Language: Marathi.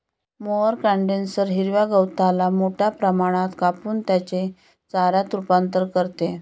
मोअर कंडेन्सर हिरव्या गवताला मोठ्या प्रमाणात कापून त्याचे चाऱ्यात रूपांतर करते